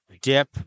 dip